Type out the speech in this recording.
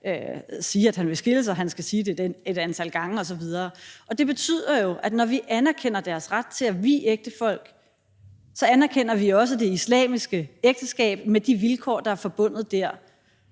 sige, at han vil skilles, og at han skal sige det et antal gange osv. Det betyder jo, at vi, når vi anerkender deres ret til at vie ægtefolk, så også anerkender det islamiske ægteskab med de vilkår, der er forbundet dermed.